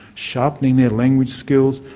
sharpening their languages skills,